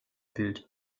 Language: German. bild